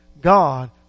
God